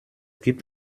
gibt